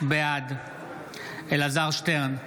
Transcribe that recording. בעד אלעזר שטרן,